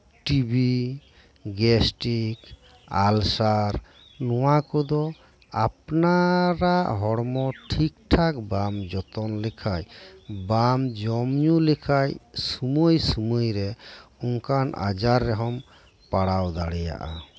TV gastric ᱟᱞᱥᱟᱨ ᱱᱚᱶᱟ ᱠᱚᱫᱚ ᱟᱯᱱᱟᱨᱟᱜ ᱦᱚᱲᱢᱚ ᱴᱷᱤᱠ ᱴᱷᱟᱠ ᱵᱟᱢ ᱡᱚᱛᱚᱱ ᱞᱮᱠᱷᱟᱱ ᱵᱟᱢ ᱡᱚᱢ ᱧᱩ ᱞᱮᱠᱷᱟᱱ ᱥᱩᱢᱟᱹᱭ ᱥᱩᱢᱟᱹᱭ ᱨᱮ ᱚᱱᱠᱟᱱ ᱟᱡᱟᱨ ᱨᱮᱦᱚᱢ ᱯᱟᱲᱟᱣ ᱫᱟᱲᱮᱭᱟᱜ ᱟ